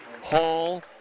Hall